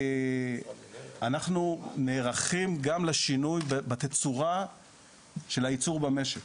אנחנו נערכים גם לשינוי בתצורה של הייצור במשק.